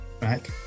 right